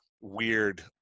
weird